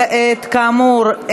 כאמור,